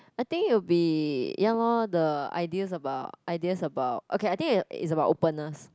I think it'll be ya lor the ideas about ideas about okay I think it's about openness